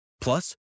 Plus